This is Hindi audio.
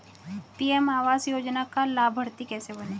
पी.एम आवास योजना का लाभर्ती कैसे बनें?